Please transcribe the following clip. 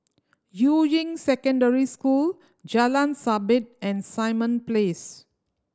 Yuying Secondary School Jalan Sabit and Simon Place